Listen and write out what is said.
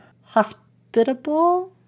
hospitable